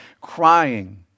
crying